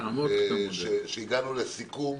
שהגענו לסיכום